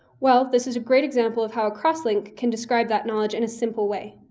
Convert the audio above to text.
well this is a great example of how a cross-link can describe that knowledge in a simple way.